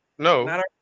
No